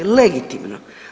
Legitimno.